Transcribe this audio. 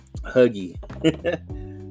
Huggy